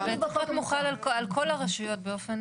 -- למה שזה לא יהיה מוחל על כל הרשויות --- לא,